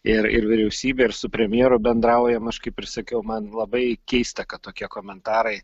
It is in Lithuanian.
ir ir vyriausybė ir su premjeru bendraujam aš kaip ir sakiau man labai keista kad tokie komentarai